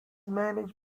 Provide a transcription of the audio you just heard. managed